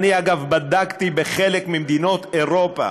אגב, אני בדקתי בחלק ממדינות אירופה,